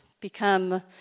become